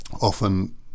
often